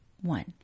one